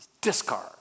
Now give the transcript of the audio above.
Discard